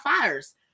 fires